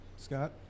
Scott